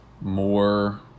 more